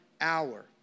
hour